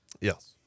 Yes